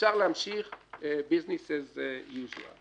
אפשר להמשיך עסקים כרגיל.